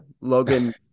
Logan